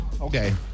Okay